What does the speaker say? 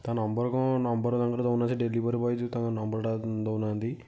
ତା ନମ୍ବର କ'ଣ ନମ୍ବର ତାଙ୍କର ଦଉନ ସେ ଡେଲିଭରି ବୟ ଯେଉଁ ତାଙ୍କ ନମ୍ବରଟା ଦଉନାହାନ୍ତି